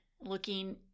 looking